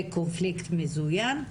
וקונפליקט מזוין,